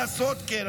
לעשות כן.